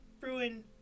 Bruin